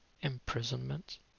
imprisonment